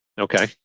Okay